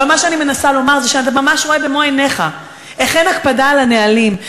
אני מנסה לומר שאתה רואה במו עיניך איך אין הקפדה על הנהלים.